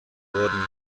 wurden